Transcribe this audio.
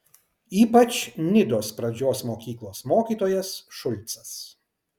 ypač nidos pradžios mokyklos mokytojas šulcas